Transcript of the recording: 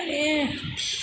माने